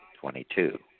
Twenty-two